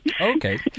Okay